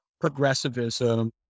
progressivism